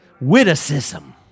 witticism